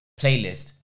playlist